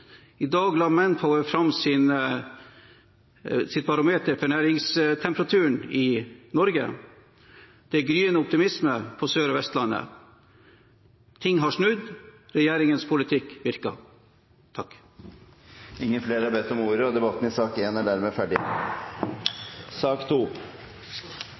I dag la Manpower fram sitt barometer for næringstemperaturen i Norge, og det er gryende optimisme på Sør- og Vestlandet. Ting har snudd, og regjeringens politikk virker. Flere har ikke bedt om ordet